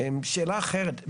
שאלה אחרת,